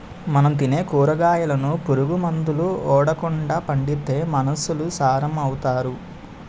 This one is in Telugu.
మనం తినే కూరగాయలను పురుగు మందులు ఓడకండా పండిత్తే మనుసులు సారం అవుతారు